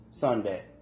Sunday